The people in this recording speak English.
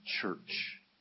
church